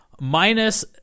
minus